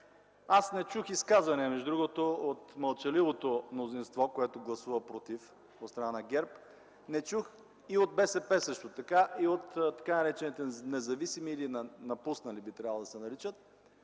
Аз не чух изказване между другото от мълчаливото мнозинство, което гласува „против” – от страна на ГЕРБ, не чух и от БСП, също така и от така наречените независими, или напуснали би трябвало да се наричат,